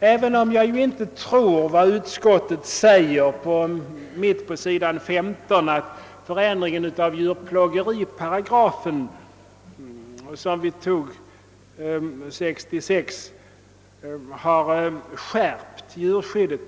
även om jag inte tror vad utskottet säger i sitt utlåtande på s. 15, att förändringen av djurplågeriparagrafen som beslutades 1966 har inneburit en skärpning av djurskyddet.